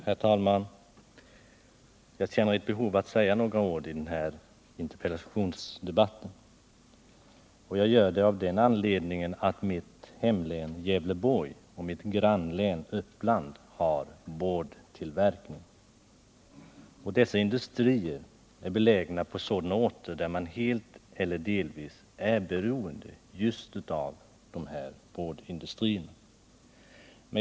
Herr talman! Jag känner ett behov av att säga några ord i den här interpellationsdebatten. Jag gör det av den anledningen att mitt hemlän, Gävleborgs län, och mitt grannlän Uppsala län har boardtillverkning. Dessa industrier är belägna på sådana orter där man helt eller delvis är beroende just av dem.